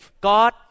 God